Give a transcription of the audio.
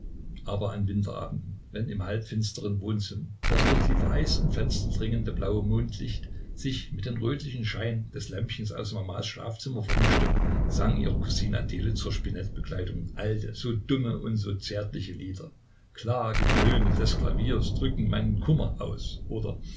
aber an winterabenden wenn im halbfinstern wohnzimmer das durch die vereisten fenster dringende blaue mondlicht sich mit dem rötlichen schein des lämpchens aus mamas schlafzimmer vermischte sang ihre kusine adele zur spinettbegleitung alte so dumme und so zärtliche lieder klagetöne des klavieres drücken meinen kummer aus oder